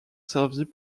servit